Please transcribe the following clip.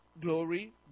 glory